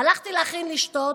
הלכתי להכין לשתות.